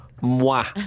moi